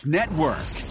Network